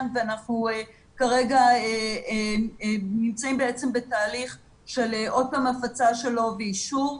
ואנחנו כרגע נמצאים בתהליך של עוד פעם הפצה שלו ואישור.